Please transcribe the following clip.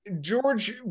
George